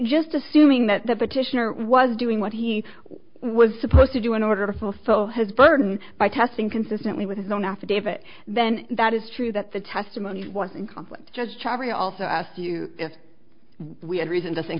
just assuming that the petitioner was doing what he was supposed to do in order to fulfill his burden by testing consistently with his own affidavit then that is true that the testimony was in conflict just chivery i also asked you if we had reason to think